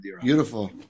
Beautiful